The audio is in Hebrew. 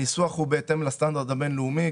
הניסוח הוא בהתאם לסטנדרט הבינלאומי.